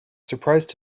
surprised